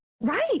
right